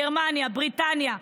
גרמניה או בריטניה,